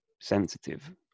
sensitive